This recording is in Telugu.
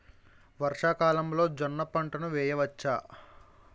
వర్షాకాలంలో జోన్న పంటను వేయవచ్చా?